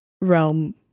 realm